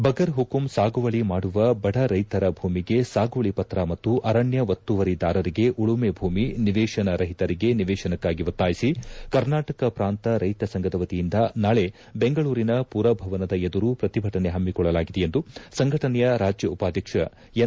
ಬಗುರ್ಪುಕುಂ ಸಾಗುವಳಿ ಮಾಡುವ ಬಡ ರೈತರ ಭೂಮಿಗೆ ಸಾಗುವಳಿ ಪತ್ರ ಮತ್ತು ಅರಣ್ಯ ಒತ್ತುವರಿದಾರರಿಗೆ ಉಳುಮೆ ಭೂಮಿ ನಿವೇಶನ ರಹಿತರಿಗೆ ನಿವೇಶನಕ್ಕಾಗಿ ಒತ್ತಾಯಿಸಿ ಕರ್ನಾಟಕ ಪ್ರಾಂತ ರೈತ ಸಂಘದ ವತಿಯಿಂದ ನಾಳೆ ಬೆಂಗಳೂರಿನ ಮರಭವನದ ಎದುರು ಪ್ರತಿಭಟನೆ ಹಮ್ಮಿಕೊಳ್ಳಲಾಗಿದೆ ಎಂದು ಸಂಘಟನೆಯ ರಾಜ್ಯ ಉಪಾಧ್ವಕ್ಷ ಎನ್